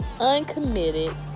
Uncommitted